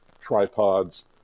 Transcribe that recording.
tripods